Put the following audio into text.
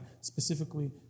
specifically